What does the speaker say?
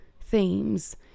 themes